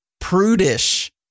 prudish